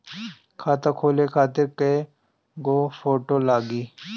खाता खोले खातिर कय गो फोटो लागी?